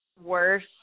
worse